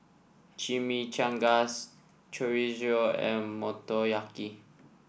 Chimichangas Chorizo and Motoyaki